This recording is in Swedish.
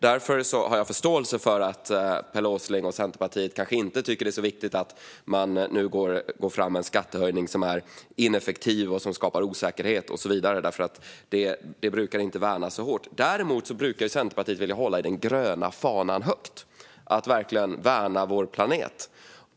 Därför har jag förståelse för att Pelle Åsling och Centerpartiet kanske inte tycker att det är så viktigt att man nu går fram med en skattehöjning som är ineffektiv, skapar osäkerhet och så vidare. Det effektiva skattesystemet brukar inte värnas så hårt. Däremot brukar Centerpartiet vilja hålla den gröna fanan högt och verkligen värna vår planet.